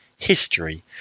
history